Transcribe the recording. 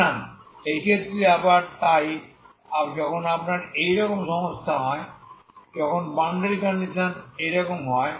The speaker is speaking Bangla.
সুতরাং এই ক্ষেত্রে আবার তাই যখন আপনার এইরকম সমস্যা হয় যখন বাউন্ডারি র কন্ডিশনস এইরকম হয়